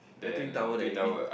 the twin tower that you been